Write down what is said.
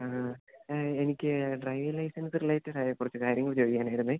ആ ആ എനിക്ക് ഡ്രൈവിംഗ് ലൈസൻസ് റിലേറ്റഡായ കുറച്ച് കാര്യങ്ങള് ചോദിക്കാനായിരുന്നു